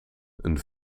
een